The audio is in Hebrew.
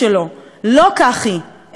לא כך היא אלא להפך.